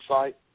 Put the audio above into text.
site